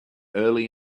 early